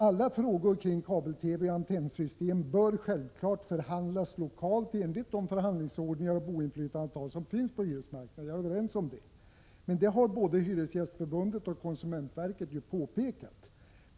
Alla frågor kring kabel-TV-antennsystem bör självfallet behandlas lokalt enligt de förhandlingsordningar och boendeinflytandeavtal som finns på hyresmarknaden — jag är överens med bostadsministern om det — och det har både Hyresgästförbundet och konsumentverket påpekat.